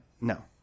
No